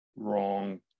Wrong